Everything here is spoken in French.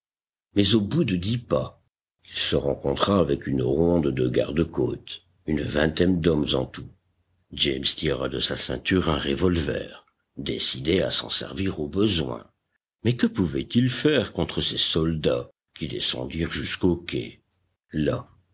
mais au bout de dix pas il se rencontra avec une ronde de gardes côtes une vingtaine d'hommes en tout james tira de sa ceinture un revolver décidé à s'en servir au besoin mais que pouvait-il faire contre ces soldats qui descendirent jusqu'au quai là